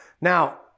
Now